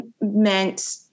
meant